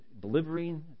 delivering